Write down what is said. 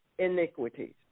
iniquities